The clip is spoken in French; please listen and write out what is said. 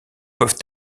peuvent